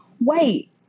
wait